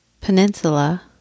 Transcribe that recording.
peninsula